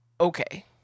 Okay